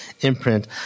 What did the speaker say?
imprint